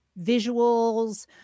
visuals